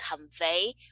convey